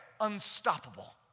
unstoppable